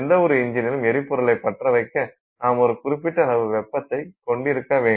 எந்தவொரு இஞ்சினிலும் எரிபொருளைப் பற்றவைக்க நாம் ஒரு குறிப்பிட்ட அளவு வெப்பத்தைக் கொண்டிருக்க வேண்டும்